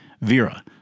VERA